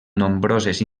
nombroses